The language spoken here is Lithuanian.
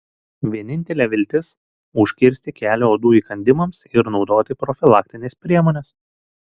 vienintelė viltis užkirsti kelią uodų įkandimams ir naudoti profilaktines priemones